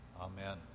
amen